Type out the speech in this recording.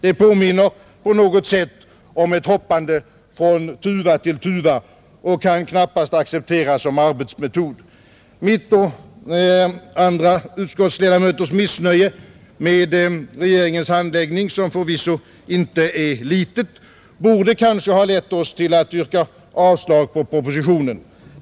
Det påminner på något sätt om ett hoppande från tuva till tuva och kan knappast accepteras som arbetsmetod. Mitt och andra utskottsledamöters missnöje med regeringens handläggning, vilket förvisso inte är litet, borde kanske ha lett oss till att yrka avslag på propositionen.